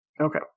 Okay